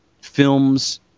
films